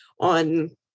on